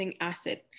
acid